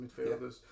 midfielders